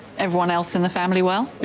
everyone else in the family well? yeah,